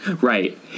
Right